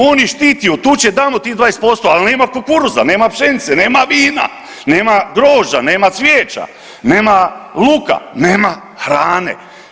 On ih štiti od tuče, damo tih 20% ali nema kukuruza, nema pšenice, nema vina, nema grožđa, nema cvijeća, nema luka, nema hrane.